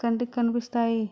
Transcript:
కంటికి కనిపిస్తాయి